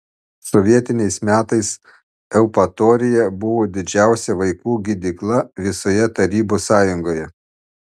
sovietiniais metais eupatorija buvo didžiausia vaikų gydykla visoje tarybų sąjungoje